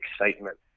excitement